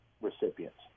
recipients